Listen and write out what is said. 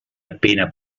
appena